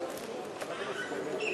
פרץ,